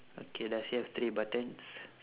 okay does he have three buttons